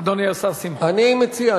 אני מציע,